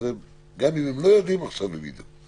אז גם אם הם לא יודעים, עכשיו הם ידעו.